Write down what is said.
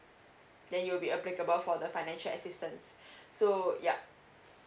then you'll be applicable for the financial assistance so yeah